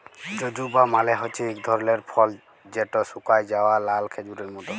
জুজুবা মালে হছে ইক ধরলের ফল যেট শুকাঁয় যাউয়া লাল খেজুরের মত